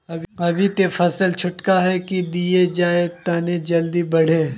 अभी ते फसल छोटका है की दिये जे तने जल्दी बढ़ते?